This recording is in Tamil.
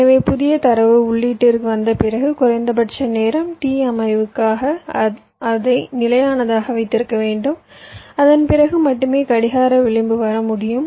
எனவே புதிய தரவு உள்ளீட்டிற்கு வந்த பிறகு குறைந்தபட்ச நேரம் t அமைவுக்காக அதை நிலையானதாக வைத்திருக்க வேண்டும் அதன் பிறகு மட்டுமே கடிகார விளிம்பு வர முடியும்